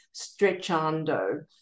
stretchando